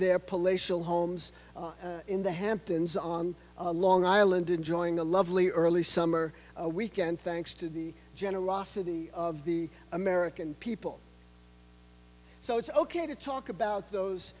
their palatial homes in the hamptons on long island enjoying a lovely early summer weekend thanks to the generosity of the american people so it's ok to talk about those